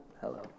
hello